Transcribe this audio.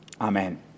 Amen